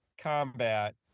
combat